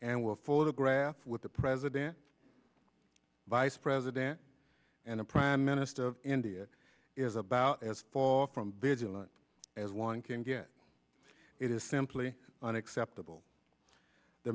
and were photographed with the president vice president and a prime minister of india is about as far from vigilant as one can get it is simply unacceptable the